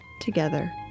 together